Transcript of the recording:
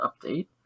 update